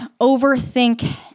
overthink